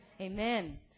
Amen